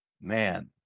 man